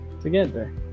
together